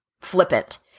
flippant